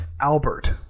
Albert